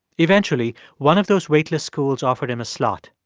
eventually, one of those waitlist schools offered him a slot.